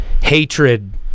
hatred